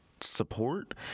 support